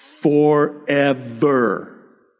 forever